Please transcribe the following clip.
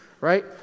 right